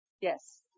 Yes